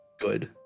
good